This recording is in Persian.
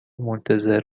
منتظر